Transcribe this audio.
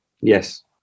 yes